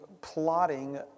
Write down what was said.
plotting